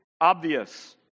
obvious